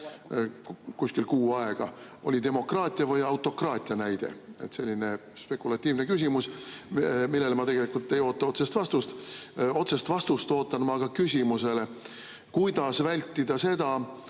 umbes kuu aega oli demokraatia või autokraatia näide? Selline spekulatiivne küsimus, millele ma tegelikult ei oota otsest vastust. Otsest vastust ootan ma aga küsimusele, kuidas vältida seda,